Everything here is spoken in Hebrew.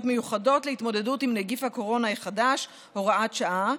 מיוחדות להתמודדות עם נגיף הקורונה החדש (הוראת שעה),